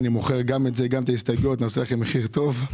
גם את ההסתייגויות נמכור לכם במחיר טוב.